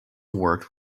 worked